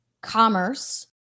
commerce